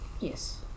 Yes